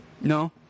No